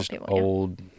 old